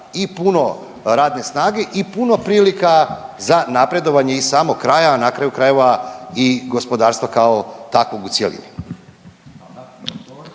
i puno radne snage i puno prilika za napredovanje i samog kraja, na kraju krajeva i gospodarstva kao takvog u cjelini.